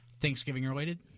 Thanksgiving-related